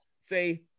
say